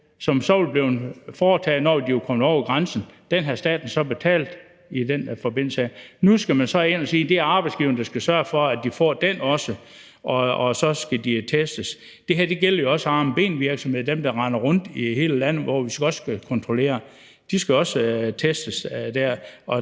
som var blevet foretaget, når de var kommet over grænsen, og den havde staten så betalt. Nu går man ind og siger, at det er arbejdsgiverne, der skal sørge for, at de får den, og så skal de testes. Det her gælder jo også arme og ben-virksomheder, altså dem, der render rundt i hele landet, og som vi også skal kontrollere. De skal også testes,